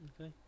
Okay